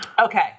Okay